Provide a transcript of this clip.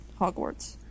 Hogwarts